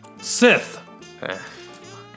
Sith